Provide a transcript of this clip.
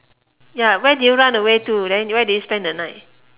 ya where did you run away to then where did you spend the night